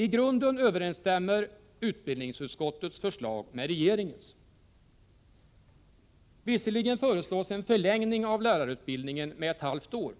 I grunden överensstämmer utbildningsutskottets förslag med regeingens. Visserligen föreslås en förlängning av lärarutbildningen med ett halvt år.